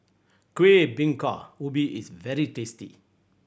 Kueh Bingka Ubi is very tasty